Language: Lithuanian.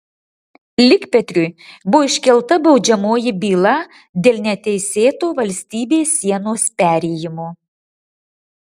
likpetriui buvo iškelta baudžiamoji byla dėl neteisėto valstybės sienos perėjimo